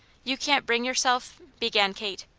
you can't bring yourself? began kate.